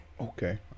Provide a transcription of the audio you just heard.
Okay